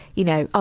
you know. ah